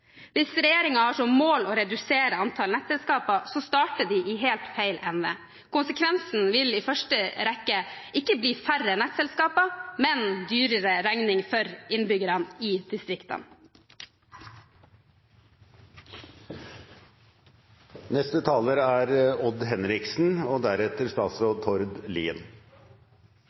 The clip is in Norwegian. Hvis regjeringen har som mål å redusere antall nettselskaper, starter den i helt feil ende. Konsekvensen vil i første rekke ikke bli færre nettselskaper, men dyrere regninger for innbyggerne i distriktene. Når det gjelder fornybar energi, er